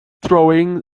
throwing